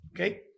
Okay